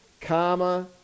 karma